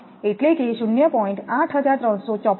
5 એટલે કે 0